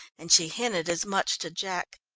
and she hinted as much to jack.